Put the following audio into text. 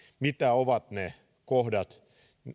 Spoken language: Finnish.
mitä ovat ne kohdat